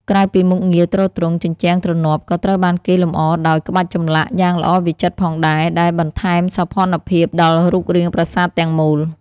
ក្រៅពីមុខងារទ្រទ្រង់ ជញ្ជាំងទ្រនាប់ ក៏ត្រូវបានគេលម្អដោយ ក្បាច់ចម្លាក់ យ៉ាងល្អវិចិត្រផងដែរ ដែលបន្ថែមសោភ័ណភាពដល់រូបរាងប្រាសាទទាំងមូល។